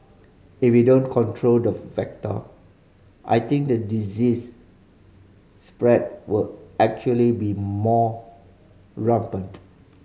if we don't control the vector I think the disease spread will actually be more rampant